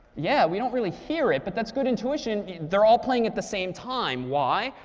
yeah. we don't really hear it, but that's good intuition. they're all playing at the same time. why?